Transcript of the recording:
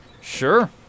Sure